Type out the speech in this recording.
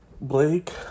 Blake